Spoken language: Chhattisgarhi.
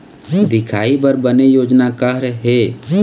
दिखाही बर बने योजना का हर हे?